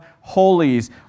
holies